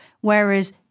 Whereas